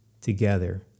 together